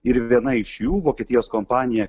ir viena iš jų vokietijos kompanija